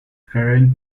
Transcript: karen